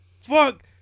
fuck